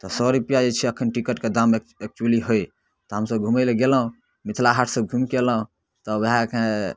तऽ सए रुपैआ जे छै एखन टिकटके दाम एक्चूली हइ तऽ हमसब घुमै लए गेलहुँ मिथिला हाट से घुमिकऽअयलहुँ तऽ ओएह अख